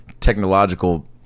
technological